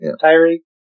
Tyree